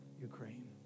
Ukraine